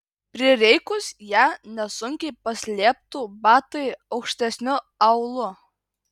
prireikus ją nesunkiai paslėptų batai aukštesniu aulu